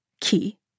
key